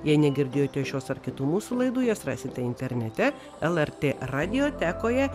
jei negirdėjote šios ar kitų mūsų laidų jas rasite internete lrt radiotekoje